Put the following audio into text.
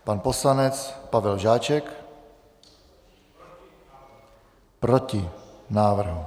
Pan poslanec Pavel Žáček: Proti návrhu.